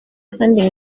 kandi